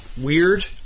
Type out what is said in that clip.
Weird